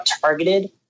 targeted